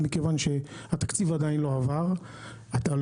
מכיוון שהתקציב עדיין לא עבר למשטרה,